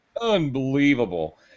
unbelievable